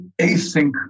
async